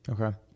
Okay